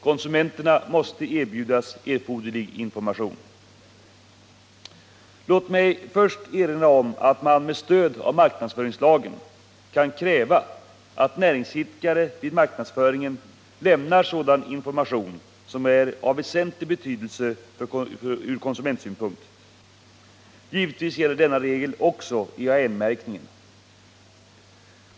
Konsumenterna måste erbjudas erforderlig information. Låt mig först erinra om att man med stöd av marknadsföringslagen kan kräva att näringsidkare vid marknadsföringen lämnar sådan information som är av väsentlig betydelse från konsumentsynpunkt. Givetvis gäller denna regel också EAN-märkningen.